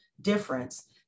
difference